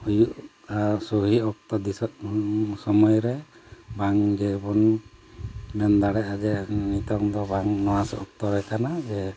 ᱦᱩᱭᱩᱜᱼᱟ ᱥᱚᱦᱤ ᱚᱠᱛᱚ ᱫᱤᱥᱟᱹ ᱥᱚᱢᱚᱭ ᱨᱮ ᱵᱟᱝ ᱡᱮ ᱵᱚᱱ ᱢᱮᱱ ᱫᱟᱲᱮᱭᱟᱜᱼᱟ ᱡᱮ ᱱᱤᱛᱚᱝ ᱫᱚ ᱵᱟᱝ ᱱᱚᱣᱟ ᱚᱠᱛᱚ ᱨᱮ ᱠᱟᱱᱟ ᱡᱮ